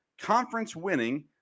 conference-winning